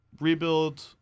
rebuild